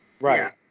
Right